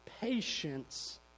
patience